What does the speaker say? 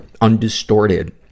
undistorted